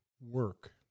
work